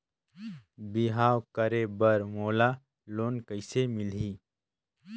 बिहाव करे बर मोला लोन कइसे मिलही?